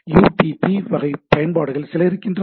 you D P வகை பயன்பாடுகள் சில இருக்கின்றன